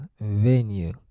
venue